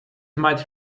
might